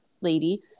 lady